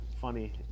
funny